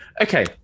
Okay